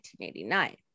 1989